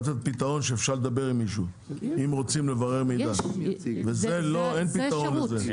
לתת פתרון שאפשר לדבר עם מישהו אם רוצים לברר מידע ואין פתרון לזה.